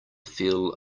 feel